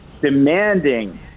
demanding